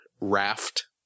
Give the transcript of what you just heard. raft